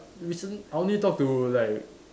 recent I only talk to like